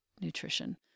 nutrition